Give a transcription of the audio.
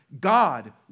God